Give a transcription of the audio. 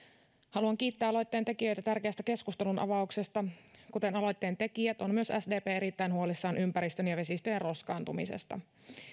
haluan kiittää aloitteentekijöitä tärkeästä keskustelunavauksesta kuten aloitteentekijät on myös sdp erittäin huolissaan ympäristön ja vesistöjen roskaantumisesta